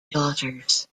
daughters